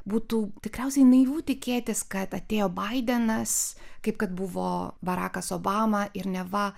būtų tikriausiai naivu tikėtis kad atėjo baidenas kaip kad buvo barakas obama ir neva